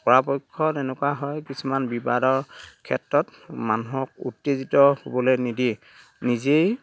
পৰাপক্ষত এনেকুৱা হয় কিছুমান বিবাদৰ ক্ষেত্ৰত মানুহক উত্তেজিত হ'বলে নিদি নিজেই